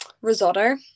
Risotto